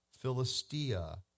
Philistia